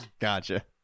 Gotcha